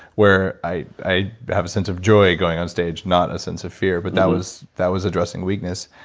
where i i have a sense of joy going onstage, not a sense of fear. but that was that was addressing weakness.